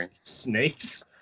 snakes